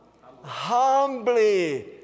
Humbly